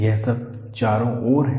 यह सब चारों ओर है